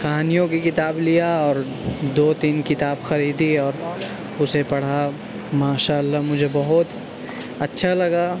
کہانیوں کی کتاب لیا اور دو تین کتاب خریدی اور اسے پڑھا ماشاء اللہ مجھے بہت اچھا لگا